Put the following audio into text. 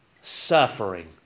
suffering